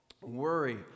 worry